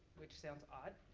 which sounds odd,